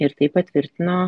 ir tai patvirtino